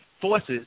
forces